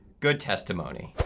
good testimony.